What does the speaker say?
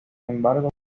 embargo